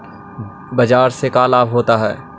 बाजार से का लाभ होता है?